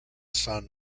son